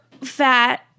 fat